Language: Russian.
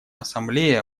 ассамблея